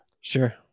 Sure